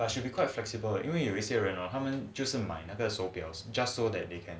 but should be quite flexible 因为有一些人啊他们就是买那个手表 just so that they can